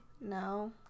No